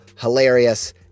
hilarious